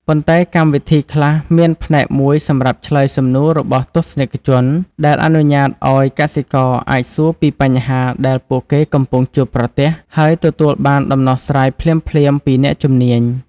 ប៉ុន្តែកម្មវិធីខ្លះមានផ្នែកមួយសម្រាប់ឆ្លើយសំណួររបស់ទស្សនិកជន ដែលអនុញ្ញាតឲ្យកសិករអាចសួរពីបញ្ហាដែលពួកគេកំពុងជួបប្រទះ ហើយទទួលបានដំណោះស្រាយភ្លាមៗពីអ្នកជំនាញ។